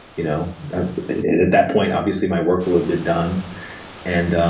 you know ah at that point obviously, my work will have been done and.